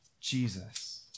Jesus